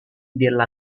della